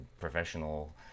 professional